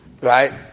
Right